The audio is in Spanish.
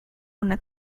una